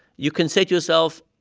you can say to yourself,